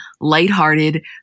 lighthearted